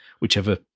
Whichever